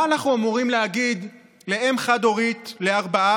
מה אנחנו אמורים להגיד לאם חד-הורית לארבעה